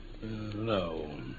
No